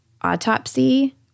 autopsy